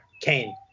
Kane